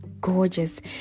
Gorgeous